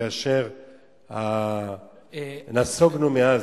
כאשר נסוגנו מעזה,